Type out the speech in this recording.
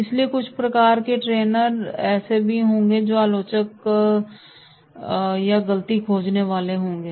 इसलिए कुछ प्रकार के ट्रेनी स ऐसे होंगे जो आलोचक या गलती खोजने वाले होंगे